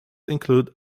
include